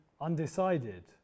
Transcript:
undecided